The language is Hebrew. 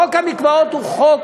חוק המקוואות הוא חוק